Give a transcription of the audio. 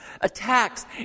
attacks